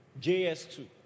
JS2